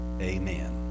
amen